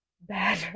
bad